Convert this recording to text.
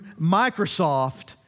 Microsoft